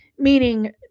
meaning